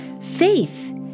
Faith